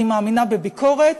אני מאמינה בביקורת,